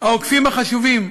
העוקפים החשובים,